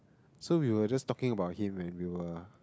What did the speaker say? so we were just talking about him when we were